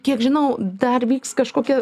kiek žinau dar vyks kažkokia